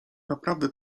naprawdę